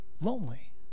lonely